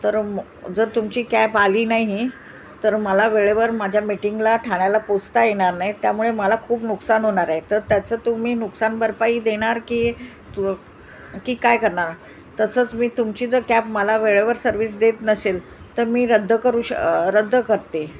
तर तर जर तुमची कॅब आली नाही तर मला वेळेवर माझ्या मीटिंगला ठाण्याला पोचता येनार नाई त्यामुळे मला खूप नुकसान होनारय तर त्याचं तुम्ही नुकसान भरपाई देणार की तु की काय करनार तसंच मी तुमची जर कॅब मला वेळेवर सर्व्हिस देत नसेल तर मी रद्द करू श रद्द करते